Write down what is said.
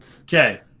Okay